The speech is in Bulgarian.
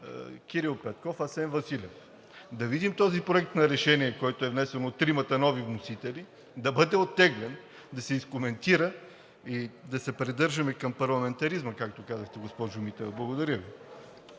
Кирил Петков, Асен Василев. Да видим този проект на решение, който е внесен от тримата нови вносители, да бъде оттеглен, да се изкоментира и да се придържаме към парламентаризма, както казахте, госпожо Митева. Благодаря Ви.